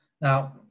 Now